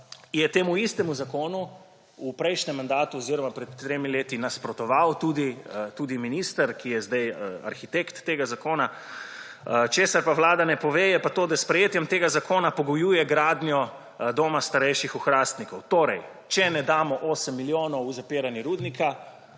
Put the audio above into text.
je temu istemu zakonu v prejšnjem mandatu oziroma pred tremi leti nasprotovala, tudi minister, ki je zdaj arhitekt tega zakona. Česar Vlada ne pove, je pa to, da s sprejetjem tega zakona pogojuje gradnjo doma starejših v Hrastniku. Torej če ne damo 8 milijonov v zapiranje rudnika,